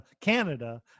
Canada